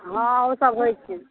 हँ ओसभ होइ छै